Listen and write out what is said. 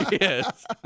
Yes